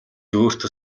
өөртөө